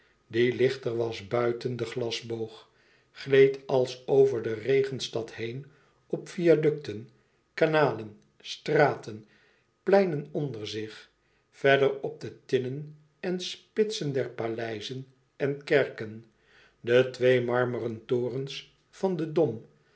die lichter was buiten den glasboog gleed als over de regenstad heen op viaducten kanalen straten pleinen onder zich verder op de tinnen en spitsen der paleizen en kerken de twee marmeren torens van den dom